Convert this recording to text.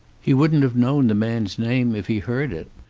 he wouldn't have known the man's name if he heard it.